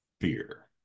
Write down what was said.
fear